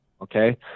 Okay